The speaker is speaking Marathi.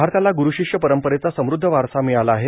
भारताला गुरूशिष्य परंपरेचा समृद्ध वारसा मिळाला आहे